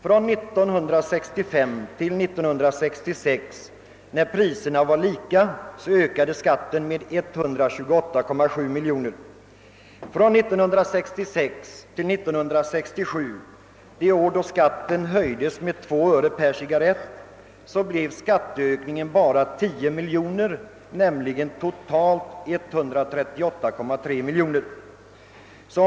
Från år 1965 till år 1966, när priserna var lika, ökade skatten med 128,7 miljoner kronor. Från år 1966 till år 1967 — det år då skatten höjdes med 2 öre per cigarrett — bley skatteökningen bara 10 miljoner kronor i förhållande till föregående år eller totalt 138,3 miljoner kronor.